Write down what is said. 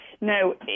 no